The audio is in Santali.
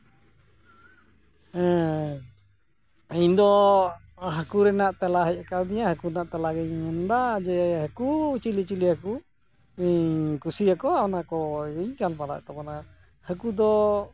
ᱦᱮᱸ ᱤᱧᱫᱚ ᱦᱟᱠᱩ ᱨᱮᱱᱟᱜ ᱛᱮᱞᱟ ᱦᱮᱡ ᱠᱟᱣᱫᱤᱧᱟᱹ ᱦᱟᱠᱩ ᱨᱮᱱᱟᱜ ᱛᱮᱞᱟᱜᱤᱧ ᱢᱮᱱᱫᱟ ᱡᱮ ᱦᱟᱠᱩ ᱪᱤᱞᱤ ᱪᱤᱞᱤ ᱦᱟᱠᱩ ᱤᱧ ᱠᱩᱥᱤᱭᱟᱠᱚᱣᱟ ᱚᱱᱟᱠᱚ ᱜᱤᱧ ᱜᱟᱞᱢᱟᱨᱟᱣᱮᱫ ᱛᱟᱵᱚᱱᱟ ᱦᱟᱠᱩ ᱫᱚ